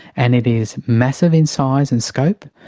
and it is massive in size and scope,